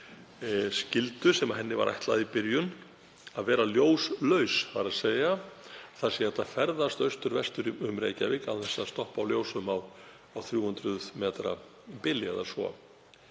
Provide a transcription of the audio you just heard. skyldu sem henni var ætlað í byrjun, að vera ljóslaus, þ.e. að það sé hægt að ferðast austur eða vestur um Reykjavík án þess að stoppa á ljósum á 300 metra bili